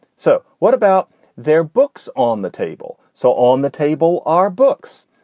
so what about their books on the table. so on the table are books.